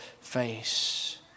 face